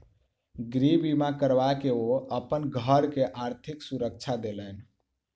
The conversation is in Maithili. गृह बीमा करबा के ओ अपन घर के आर्थिक सुरक्षा देलैन